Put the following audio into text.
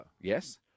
Yes